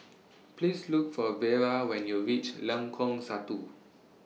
Please Look For Vera when YOU REACH Lengkong Satu